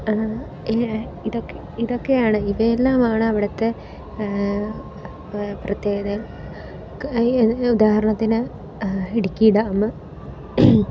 ഇതൊക്കെ ഇതൊക്കെയാണ് ഇവയെല്ലാമാണ് അവിടത്തെ പ്രത്യേകതയും ഉദാഹരണത്തിന് ഇടുക്കി ഡാംമ്